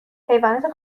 حیوانات